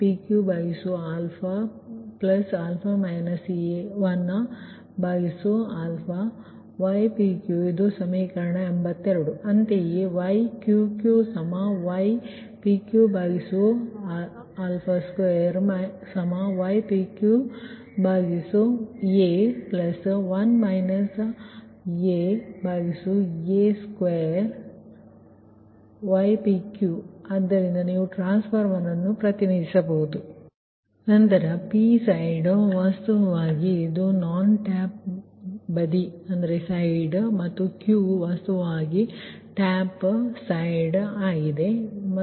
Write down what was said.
Ypp ypqα 1ypq ಇದು ಸಮೀಕರಣ 82 ಅಂತೆಯೇ ನಿಮ್ಮ Yqqypqa2ypqa1 aa2ypq ಆದ್ದರಿಂದ ನೀವು ಟ್ರಾನ್ಸ್ಫಾರ್ಮರ್ ಅನ್ನು ಪ್ರತಿನಿಧಿಸಬಹುದು ನಂತರ ಈ 𝑃 ಬದಿ ವಾಸ್ತವವಾಗಿ ಇದು ನಾನ್ ಟ್ಯಾಪ್ ಬದಿ ಮತ್ತು 𝑄 ವಾಸ್ತವವಾಗಿ ಟ್ಯಾಪ್ ಬದಿ ಆಗಿದೆ ಸರಿ